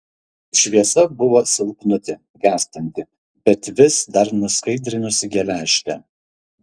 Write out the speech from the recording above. šviesa buvo silpnutė gęstanti bet vis dar nuskaidrinusi geležtę